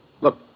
Look